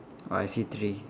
oh I see three